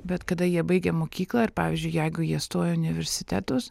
bet kada jie baigia mokyklą ir pavyzdžiui jeigu jie stoja į universitetus